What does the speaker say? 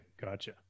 gotcha